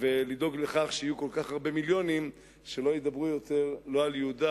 ולדאוג לכך שיהיו כל כך הרבה מיליונים שלא ידברו יותר לא על יהודה,